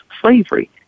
slavery